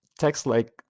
text-like